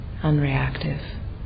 unreactive